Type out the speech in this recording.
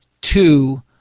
two